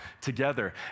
together